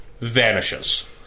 Vanishes